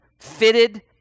fitted